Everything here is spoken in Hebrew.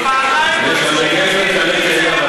פעמיים, עלה גפן ועלה תאנה,